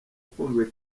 ikunzwe